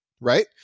right